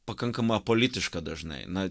pakankama politiška dažnai na